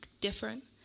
different